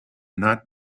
not